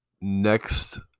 next